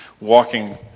walking